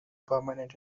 permanent